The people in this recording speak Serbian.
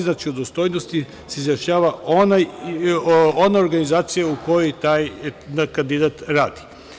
Znači, o dostojnosti se izjašnjava ona organizacija u kojoj taj kandidat radi.